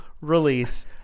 release